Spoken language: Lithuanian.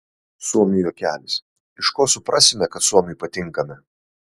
suomių juokelis iš ko suprasime kad suomiui patinkame